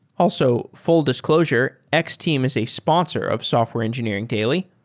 also, full disclosure, x-team as a sponsor of software engineering daily,